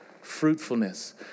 fruitfulness